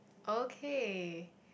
okay